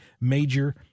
major